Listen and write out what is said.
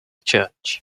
church